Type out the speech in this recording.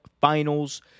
finals